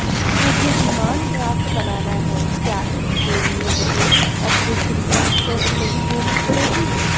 मुझे demand draft बनाना है क्या इसके लिए मुझे अतिरिक्त फीस तो नहीं देनी पड़ेगी?